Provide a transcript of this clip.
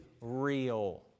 real